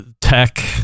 Tech